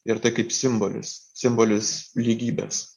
ir tai kaip simbolis simbolis lygybės